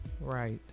Right